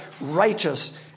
righteous